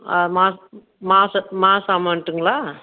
மாசம் மாசம் மாசம் அமௌண்ட்டுங்களா